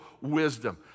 wisdom